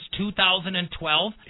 2012